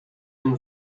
and